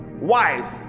wives